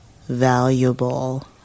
valuable